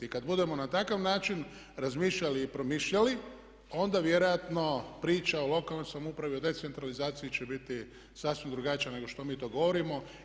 I kad budemo na takav način razmišljali i promišljali, onda vjerojatno priča o lokalnoj samoupravi, o decentralizaciji će biti sasvim drugačija nego što mi to govorimo.